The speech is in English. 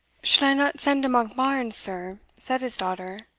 should i not send to monkbarns, sir? said his daughter.